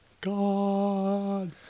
God